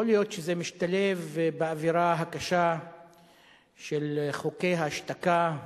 יכול להיות שזה משתלב באווירה הקשה של חוקי ההשתקה,